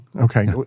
Okay